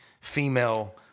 female